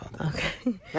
Okay